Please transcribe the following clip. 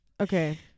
okay